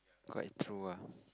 quite true ah